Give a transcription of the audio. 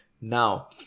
now